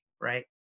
right